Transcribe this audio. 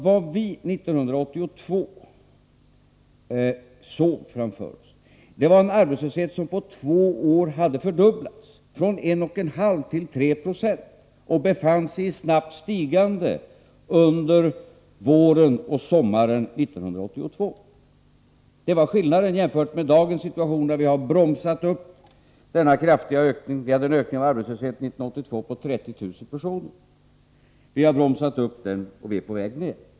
Vad vi 1982 såg framför oss var en arbetslöshet, som på två år hade fördubblats från 1,5 till 3 20 och befann sig i snabbt stigande under våren och sommaren 1982. Det var skillnaden jämfört med dagens situation, där vi har bromsat upp denna kraftiga ökning. Vi hade en ökning av arbetslösheten 1982 med 30 000 personer. Vi har bromsat upp den, och vi är på väg ner.